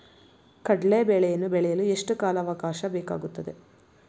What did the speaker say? ಕಡ್ಲೆ ಬೇಳೆಯನ್ನು ಬೆಳೆಯಲು ಎಷ್ಟು ಕಾಲಾವಾಕಾಶ ಬೇಕಾಗುತ್ತದೆ?